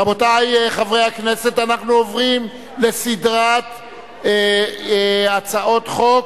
רבותי חברי הכנסת, אנחנו עוברים לסדרת הצעות חוק,